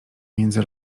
między